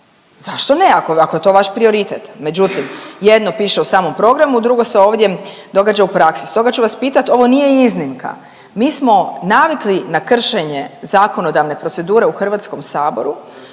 Zašto ne, ako je to vaš prioritet? Međutim, jedno piše u samom programu, a drugo se ovdje događa u praksi. Stoga ću vas pitati, ovo nije iznimka, mi smo navikli na kršenje zakonodavne procedure u HS-u i na